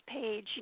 page